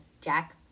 Jack